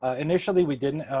ah initially, we didn't